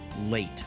late